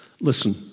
Listen